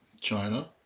China